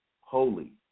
holy